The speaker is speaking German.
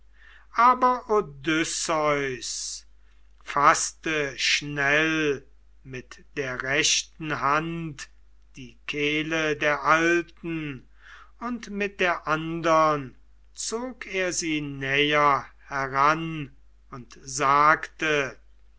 faßte schnell mit der rechten hand die kehle der alten und mit der andern zog er sie näher heran und sagte